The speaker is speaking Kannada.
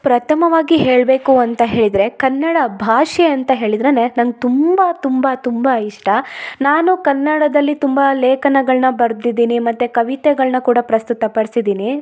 ಪ್ರಥಮವಾಗಿ ಹೇಳಬೇಕು ಅಂತ ಹೇಳಿದರೆ ಕನ್ನಡ ಭಾಷೆ ಅಂತ ಹೇಳಿದ್ರೆನೆ ನಂಗೆ ತುಂಬಾ ತುಂಬಾ ತುಂಬಾ ಇಷ್ಟ ನಾನು ಕನ್ನಡದಲ್ಲಿ ತುಂಬಾ ಲೇಖನಗಳ್ನ ಬರ್ದಿದ್ದೀನಿ ಮತ್ತು ಕವಿತೆಗಳನ್ನ ಕೂಡ ಪ್ರಸ್ತುತ ಪಡ್ಸಿದ್ದೀನಿ